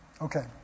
Okay